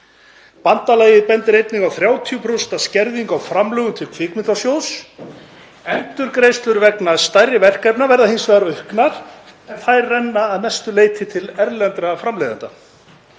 Bandalagið bendir einnig á 30% skerðingu á framlögum til Kvikmyndasjóðs. Endurgreiðslur vegna stærri verkefna verða hins vegar auknar en þær renna að mestu leyti til erlendra framleiðenda.